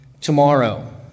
tomorrow